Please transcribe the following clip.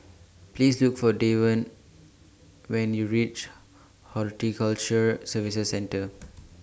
Please Look For Davon when YOU REACH Horticulture Services Centre